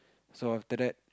so after that